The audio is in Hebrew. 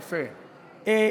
יפה, יפה.